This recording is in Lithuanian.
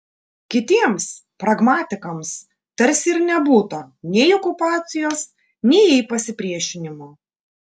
kitiems pragmatikams tarsi ir nebūta nei okupacijos nei jai pasipriešinimo